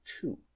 two